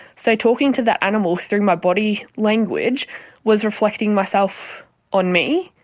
so talking to that animal through my body language was reflecting myself on me.